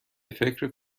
فکر